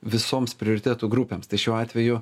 visoms prioritetų grupėms tai šiuo atveju